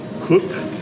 cook